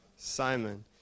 Simon